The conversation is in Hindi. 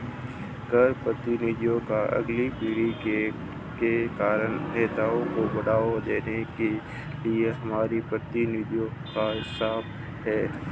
कर प्रतियोगिता अगली पीढ़ी के कर नेताओं को बढ़ावा देने के लिए हमारी प्रतिबद्धता का हिस्सा है